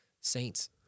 Saints